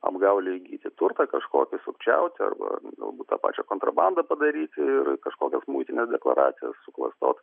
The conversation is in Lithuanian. apgaule įgyti turtą kažkokį sukčiauti arba galbūt tą pačią kontrabandą padaryti ir kažkokia muitinės deklaracijas suklastot